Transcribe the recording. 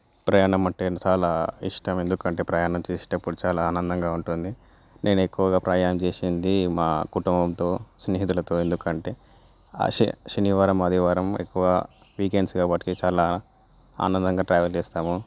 ప్రయాణమంటే చాలా ఇష్టం ఎందుకంటే ప్రయాణం చేసేటప్పుడు చాలా ఆనందంగా ఉంటుంది నేను ఎక్కువగా ప్రయాణం చేసింది మా కుటుంబంతో స్నేహితులతో ఎందుకంటే ఆ శ శనివారం ఆదివారం ఎక్కువ వీకెండ్స్ కాబట్టి చాలా ఆనందంగా ట్రావెల్ చేస్తాము